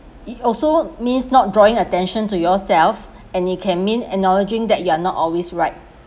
it also means not drawing attention to yourself and it can mean acknowledging that you're not always right